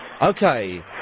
Okay